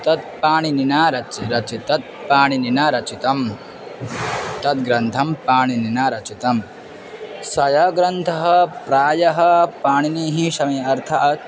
तत् पाणिनिना रचितं रचितं तत् पाणिनि न रचितं तद्ग्रन्थं पाणिनिना रचितं सय ग्रन्थः प्रायः पाणिनिः समय अर्थः